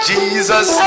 Jesus